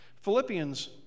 Philippians